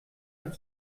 und